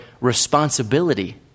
responsibility